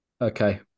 okay